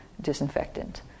disinfectant